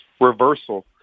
reversal